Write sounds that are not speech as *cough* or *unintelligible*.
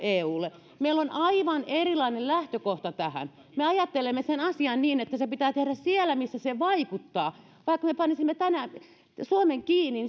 eulle meillä on aivan erilainen lähtökohta tähän me ajattelemme sen asian niin että se pitää tehdä siellä missä se vaikuttaa vaikka me panisimme tänään suomen kiinni *unintelligible*